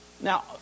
Now